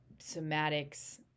somatics